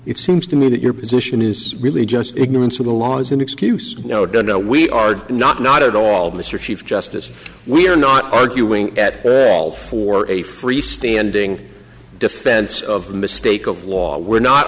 it seems to me that your position is really just ignorance of the law as an excuse no doubt we are not not at all mr chief justice we are not arguing at all for a free standing defense of the mistake of law we're not